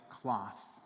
cloth